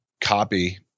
copy